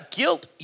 guilt